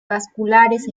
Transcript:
vasculares